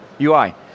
UI